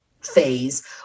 phase